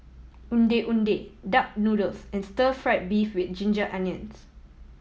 Ondeh Ondeh duck noodles and stir fried beef with ginger onions